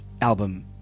album